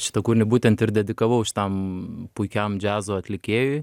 šitą kūrinį būtent ir dedikavau šitam puikiam džiazo atlikėjui